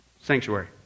sanctuary